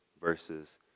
versus